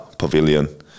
pavilion